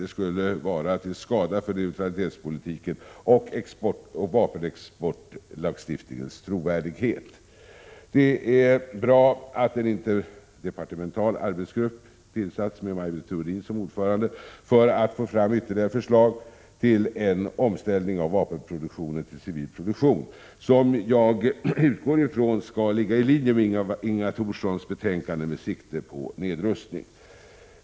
Det skulle vara till skada för neutralitetspolitikens och vapenexportlagstiftningens trovärdighet. Det är bra att en interdepartemental arbetsgrupp har tillsatts med Maj Britt Theorin som ordförande för att få fram ytterligare förslag beträffande en omställning av vapenproduktionen, till civil produktion, som jag utgår från skall ligga i linje med Inga Thorssons betänkande Med sikte på nedrustning.